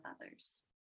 others